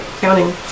counting